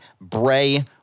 Bray